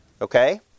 okay